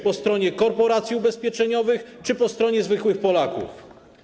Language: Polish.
Po stronie korporacji ubezpieczeniowych czy po stronie zwykłych Polaków?